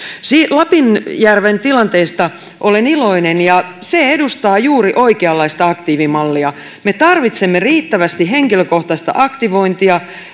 lapinjärven tilanteesta olen iloinen se edustaa juuri oikeanlaista aktiivimallia me tarvitsemme riittävästi henkilökohtaista aktivointia